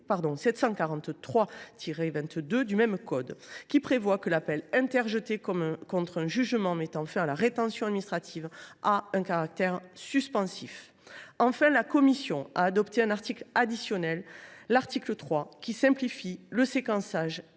L. 743 22 du même code, qui prévoit que l’appel interjeté contre un jugement mettant fin à la rétention administrative a un caractère suspensif. Enfin, la commission a adopté un article additionnel, l’article 3, qui simplifie le séquençage